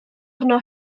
arno